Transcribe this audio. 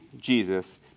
Jesus